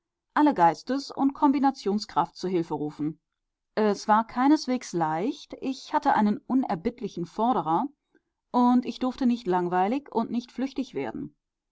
alle geistes und kombinationskraft zu hilfe rufen es war keineswegs leicht ich hatte einen unerbittlichen forderer und ich durfte nicht langweilig und nicht flüchtig werden